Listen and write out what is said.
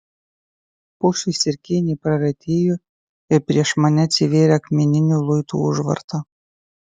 pušys ir kėniai praretėjo ir prieš mane atsivėrė akmeninių luitų užvarta